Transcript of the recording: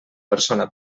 persona